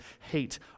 hate